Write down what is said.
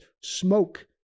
smoke